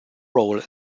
role